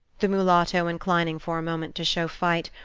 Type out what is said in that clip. the mulatto inclining for a moment to show fight,